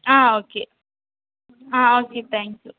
ah okay ah okay thank you